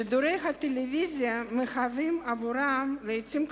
שידורי הטלוויזיה מהווים עבורם לעתים קרובות,